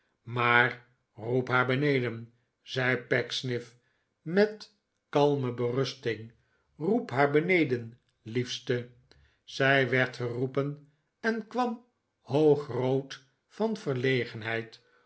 maar roep haar beneden zei pecksniff met kalme berusting roep haar beneden liefste zij werd geroepen en kwam hoogrood van